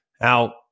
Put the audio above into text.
Now